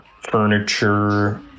furniture